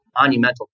monumental